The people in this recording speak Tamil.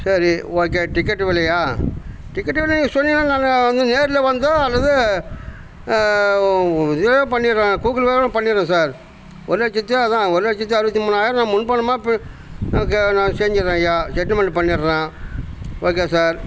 சரி ஓகே டிக்கெட்டு விலையா டிக்கெட்டு விலைய சொன்னிங்கனால் நாங்கள் வந்து நேர்ல வந்தோ அல்லது இதுவே பண்ணிடுறேன் கூகுள் பேவே பண்ணிடுறோம் சார் ஒரு லட்சத்தி அதுதான் ஒரு லட்சத்தி அறுபத்தி மூணாயிரம் நான் முன் பணமாக இப்போ ஓகே நான் செஞ்சிடுறேன் ஐயா செட்டில்மெண்ட் பண்ணிடுறேன் ஓகே சார்